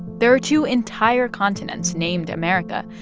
there are two entire continents named america.